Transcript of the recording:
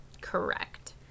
Correct